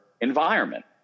environment